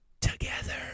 together